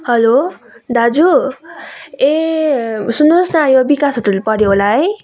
hello दाजु ए सुन्नु होस् न यो विकास होटेल पर्यो होला है